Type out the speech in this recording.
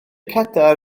cadair